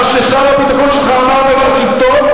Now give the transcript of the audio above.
מה ששר הביטחון שלך אמר בוושינגטון,